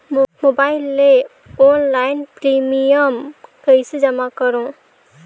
Mobile ले online premium कइसे जमा करों?